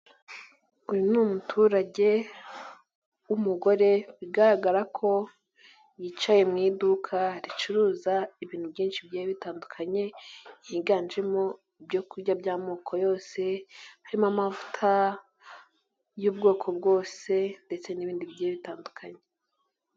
uyu ni umuturage w'umugore bigaragara ko yicaye mu iduka ricuruza ibintu byinshi bigiye bitandukanye, higanjemo ibyokurya by'amoko yose, harimo amavuta y'ubwoko bwose ndetse n'ibindi bigiye bitandukanye.